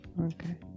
okay